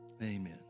Amen